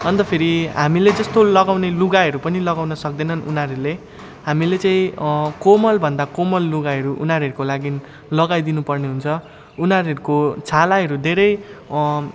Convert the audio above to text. अन्त फेरि हामीले जस्तो लगाउने लुगाहरू पनि लगाउन सक्दैनन् उनीहरूले हामीले चाहिँ कोमलभन्दा कोमल लुगाहरू उनीहरूको लागि लगाई दिनुपर्ने हुन्छ उनीहरूको छालाहरू धेरै